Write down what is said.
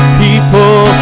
people